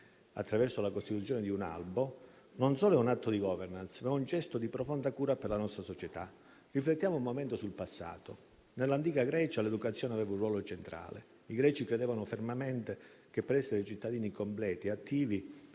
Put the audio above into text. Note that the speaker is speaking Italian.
attraverso la costituzione di un albo non solo è un atto di *governance*, ma un gesto di profonda cura per la nostra società. Riflettiamo un momento sul passato: nell'antica Grecia l'educazione aveva un ruolo centrale. I greci credevano fermamente che per essere cittadini completi e attivi,